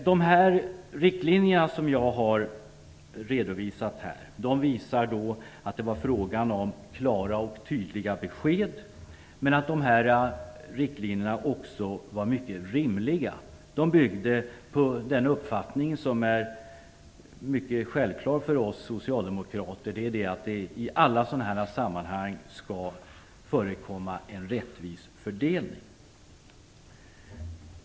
De riktlinjer som jag har redovisat här visar att det är fråga om klara och tydliga besked och att dessa riktlinjer också är mycket rimliga. De bygger på en uppfattning som är mycket självklar för oss socialdemokrater, nämligen att det i alla sådana här sammanhang skall förekomma en rättvis fördelning.